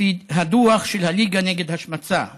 לפי הדוח של הליגה נגד השמצה.